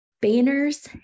banners